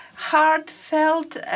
heartfelt